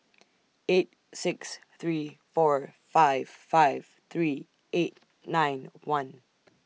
eight six three four five five three eight nine one